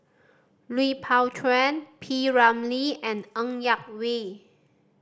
Lui Pao Chuen P Ramlee and Ng Yak Whee